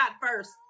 first